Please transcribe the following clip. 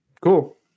Cool